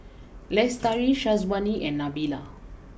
Lestari Syazwani and Nabila